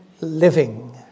living